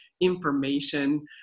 information